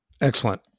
Excellent